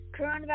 coronavirus